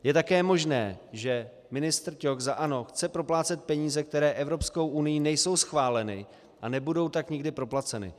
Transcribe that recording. Je také možné, že ministr Ťok za ANO chce proplácet peníze, které Evropskou unií nejsou schváleny, a nebudou tak nikdy proplaceny.